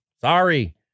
Sorry